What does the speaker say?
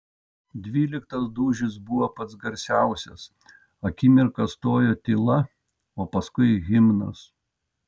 dvyliktas dūžis buvo pats garsiausias akimirką stojo tyla o paskui himnas